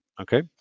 Okay